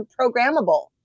programmable